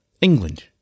England